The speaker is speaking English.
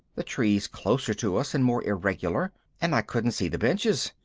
the trees closer to us and more irregular, and i couldn't see the benches.